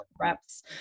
reps